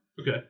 Okay